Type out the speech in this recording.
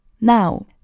Now